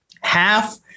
half